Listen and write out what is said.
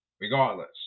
Regardless